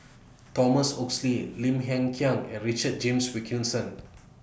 Thomas Oxley Lim Hng Kiang and Richard James Wilkinson